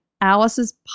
Alice's